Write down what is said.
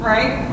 Right